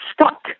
stuck